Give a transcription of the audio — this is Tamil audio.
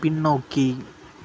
பின்னோக்கி